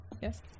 yes